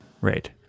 Right